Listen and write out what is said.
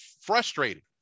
frustrated